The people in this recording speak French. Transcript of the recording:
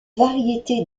variété